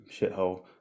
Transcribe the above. shithole